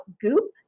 Goop